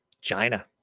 China